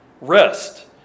rest